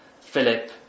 Philip